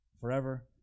forever